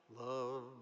love